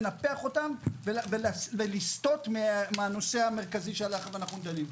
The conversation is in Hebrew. כי אפשר לנפח אותם ולסטות מהנושא המרכזי שעליו אנחנו דנים.